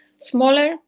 smaller